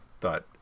thought